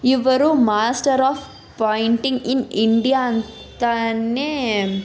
ಇವರು master of painting in India ಅಂತಲೇ